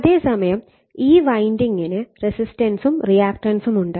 അതേസമയം ഈ വൈൻഡിംഗിന് റെസിസ്റ്റൻസും റീയാക്ടൻസും ഉണ്ട്